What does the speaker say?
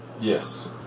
Yes